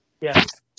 Yes